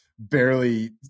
barely